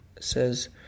says